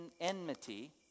enmity